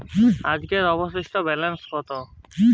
আজকের অবশিষ্ট ব্যালেন্স কত?